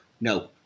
No